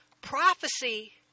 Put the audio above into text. Prophecy